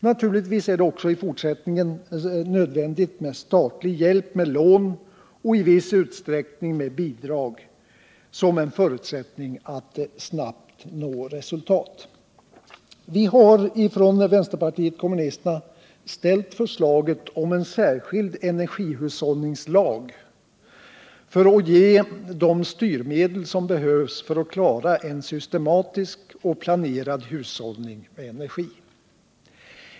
Naturligtvis är det också i fortsättningen nödvändigt med statlig hjälp med lån och i viss utsträckning bidrag som en förutsättning för att snabbt nå resultat. Vi har från vpk föreslagit en särskild energihushållningslag för att ge de styrmedel som behövs för att klara en systematisk och planerad hushållning med energi.